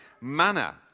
manna